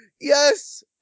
Yes